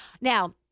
now